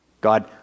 God